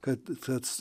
kad tats